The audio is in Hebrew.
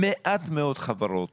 מעט מאוד חברות